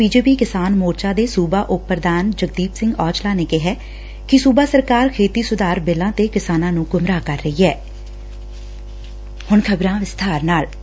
BJP ਕਿਸਾਨ ਮੋਰਚਾ ਦੇ ਸੁਬਾ ਉਪ ਪ੍ਰਧਾਨ ਜਗਦੀਪ ਸਿੰਘ ਔਜ਼ਲਾ ਨੇ ਕਿਹਾ ਕਿ ਸੁਬਾ ਸਰਕਾਰ ਖੇਤੀ ਸੁਧਾਰ ਬਿੱਲਾਂ ਤੇ ਕਿਸਾਨਾਂ ਨੂੰ ਗੁੰਮਰਾਹ ਕਰ ਰਹੀ ਐਂ